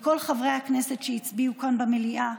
לכל חברי הכנסת שהצביעו כאן במליאה,